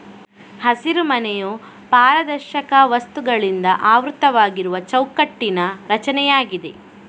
ಹಸಿರುಮನೆಯು ಪಾರದರ್ಶಕ ವಸ್ತುಗಳಿಂದ ಆವೃತವಾಗಿರುವ ಚೌಕಟ್ಟಿನ ರಚನೆಯಾಗಿದೆ